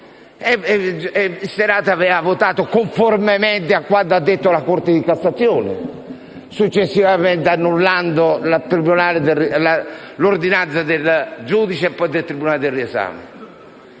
Il Senato aveva votato conformemente a quanto detto dalla Corte di cassazione, successivamente annullando l'ordinanza del giudice e poi del tribunale del riesame.